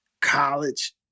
college